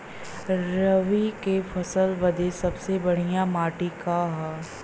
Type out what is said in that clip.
रबी क फसल बदे सबसे बढ़िया माटी का ह?